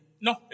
No